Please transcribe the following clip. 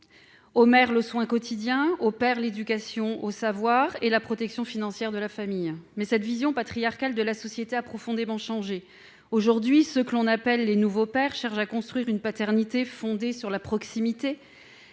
Aux mères, les soins quotidiens ; aux pères, l'éducation au savoir et la protection financière de la famille. Toutefois, cette vision patriarcale de la société a profondément changé. Aujourd'hui, ceux que l'on appelle « les nouveaux pères » cherchent à construire une paternité fondée sur la proximité